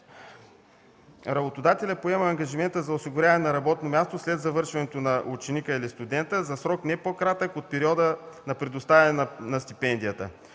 Работодателят поема ангажимента за осигуряване на работно място след завършването на ученика или студента за срок не по-кратък от периода на предоставяне на стипендията.